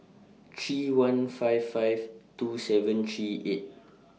three one five five two seven three eight